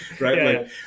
right